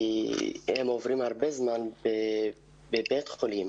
כי הם עוברים הרבה זמן בבית חולים